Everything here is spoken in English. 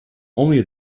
only